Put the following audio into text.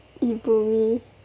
ibumie